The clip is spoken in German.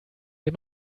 dem